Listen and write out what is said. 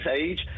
age